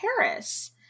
Paris